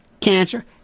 cancer